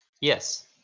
Yes